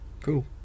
cool